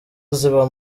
ziba